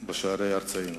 בשערי ארצנו.